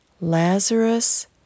Lazarus